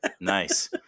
Nice